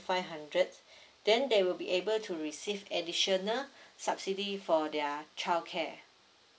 five hundred then they will be able to receive additional subsidy for their childcare